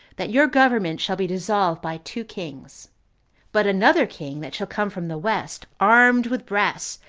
that your government shall be dissolved by two kings but another king that shall come from the west, armed with brass,